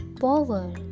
power